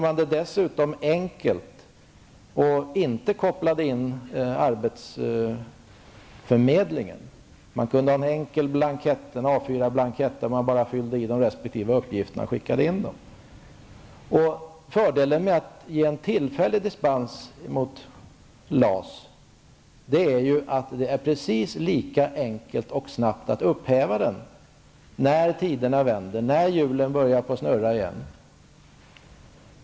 Man kan dessutom göra det enkelt i stället för att koppla in arbetsförmedlingen. Man kan ha en enkel A4 blankett där man bara fyller i uppgifter och skickar in. Fördelen med att ge en tillfällig dispens från LAS är att det går precis lika enkelt och snabbt att upphäva den när tiderna vänder och hjulen börjar snurra igen.